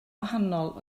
wahanol